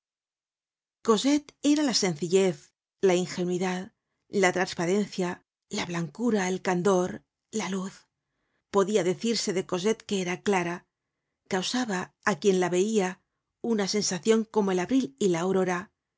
era la sencillez la ingenuidad la trasparencia la blancura el candor la luz podia decirse de cosette que era clara causaba á quien la veia una sensacion como el abril y la aurora